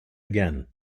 again